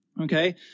okay